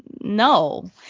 no